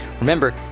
Remember